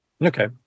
Okay